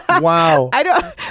Wow